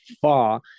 far